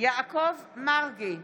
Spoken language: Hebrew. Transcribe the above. יעקב מרגי,